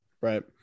right